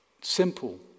simple